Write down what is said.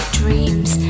dreams